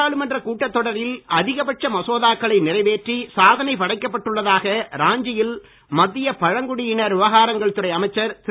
நாடாளுமன்ற கூட்டத் தொடரில் அதிகபட்ச மசோதாக்களை நிறைவேற்றி சாதனைப் படைக்கப்பட்டுள்ளதாக ராஞ்சியில் மத்திய பழங்குடியின விவகாரங்கள் துறை அமைச்சர் திரு